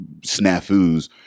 snafus